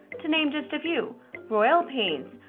to name just a few royal pains,